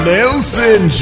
Nelson